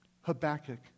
Habakkuk